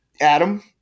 Adam